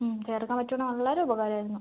ചേർക്കാൻ പറ്റുവാണെ നല്ലൊരു ഉപകാരം ആയിരുന്നു